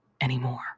anymore